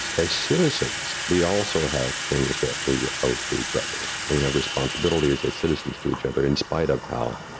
as as citizens, we also have things that we owe to each other, we have responsibilities as citizens to each other, in spite of how